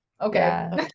Okay